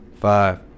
five